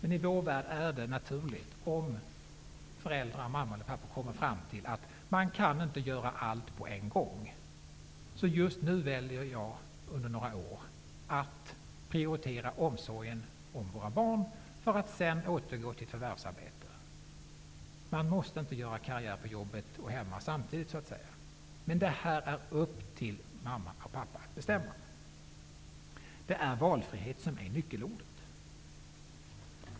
I vår värld är det naturligt att om en förälder kommer fram till att man inte kan göra allt på en gång, så kan man välja att under några år prioritera omsorgen om barnen för att sedan återgå till ett förvärvsarbete. Man måste inte göra karriär på jobbet och i hemmet samtidigt. Det är upp till mamman och pappan att bestämma. Nyckelordet är valfrihet.